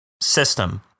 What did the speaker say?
system